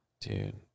dude